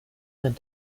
and